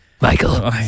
Michael